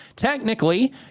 Technically